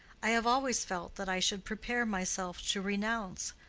i have always felt that i should prepare myself to renounce,